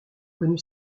connu